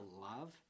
love